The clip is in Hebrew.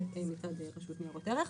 זה מצד רשות ניירות ערך.